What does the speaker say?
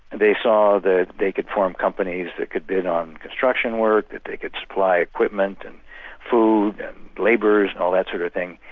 they saw that they could form companies that could bid on construction work, that they could supply equipment, and food and labourers and all that sort of thing,